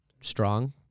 strong